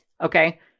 Okay